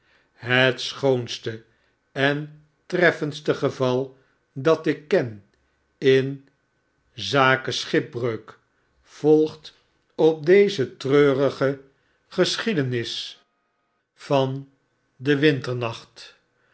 het schoonste en treffendste geval dat ik ken in zake schipbreuk volgt op deze treurige gem m m de